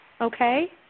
Okay